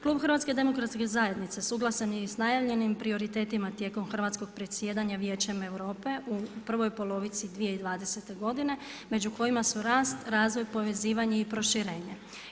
Klub HDZ suglasan je i sa najavljenim prioritetima tijekom hrvatskih predsjedanja Vijećem Europe u prvoj polovici 2020. g. među kojima su rast, razvoj, povezivanje i proširenje.